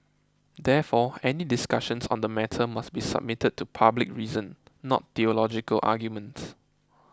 therefore any discussions on the matter must be submitted to public reason not theological arguments